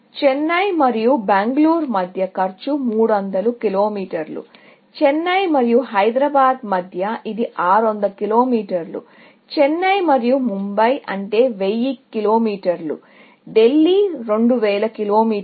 చెన్నై మరియు బెంగళూరు మధ్య tour cost 300 కిలోమీటర్లు చెన్నై మరియు హైదరాబాద్ మధ్య ఇది 600 కిలోమీటర్లు చెన్నై మరియు ముంబై అంటే 1000 కిలోమీటర్లు ిల్లీ 2000 కిలోమీటర్లు